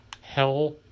Hell